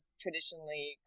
traditionally